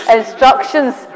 instructions